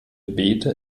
bete